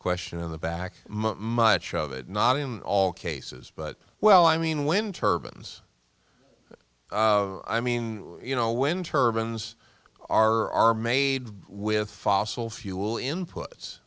question in the back much of it not him all cases but well i mean when turbans i mean you know when turbans are are made with fossil fuel inputs